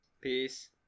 peace